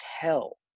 tell